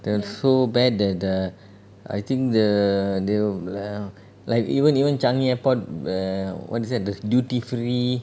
they're so bad that the I think the they'll be~ lah like even even changi airport the what is that the duty free